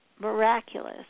miraculous